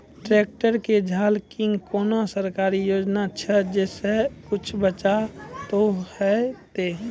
Tractor के झाल किंग कोनो सरकारी योजना छ जैसा कुछ बचा तो है ते?